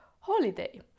holiday